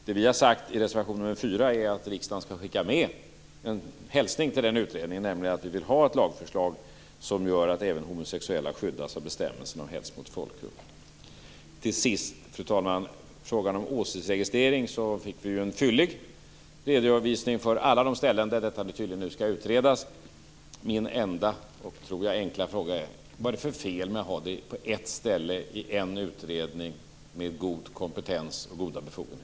Det vi har sagt i reservation 4 är att riksdagen skall skicka med en hälsning till den utredningen, nämligen att vi vill ha ett lagförslag som gör att även homosexuella skyddas av bestämmelser om hets mot folkgrupp. Till sist frågan om åsiktsregistrering. Där vi fick en fyllig redovisning för alla de ställen där det nu skall utredas. Min enda och enkla fråga är: Var är det för fel med att ha det på ett ställe i en utredning med god kompetens och goda befogenheter?